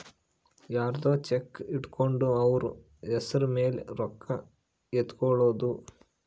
ಯರ್ದೊ ಚೆಕ್ ಇಟ್ಕೊಂಡು ಅವ್ರ ಹೆಸ್ರ್ ಮೇಲೆ ರೊಕ್ಕ ಎತ್ಕೊಳೋದು